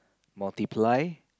multiply